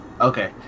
Okay